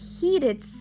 heated